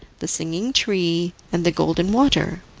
the singing tree, and the golden water.